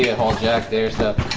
yeah home jack their stuff